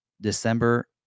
December